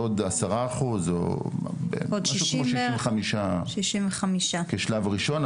עוד שישים וחמישה כשלב ראשון.